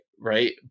right